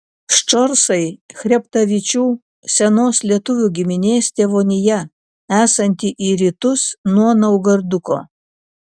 ščorsai chreptavičių senos lietuvių giminės tėvonija esanti į rytus nuo naugarduko